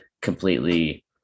completely